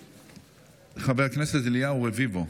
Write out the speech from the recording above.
חבר הכנסת אליהו רביבו.